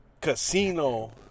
Casino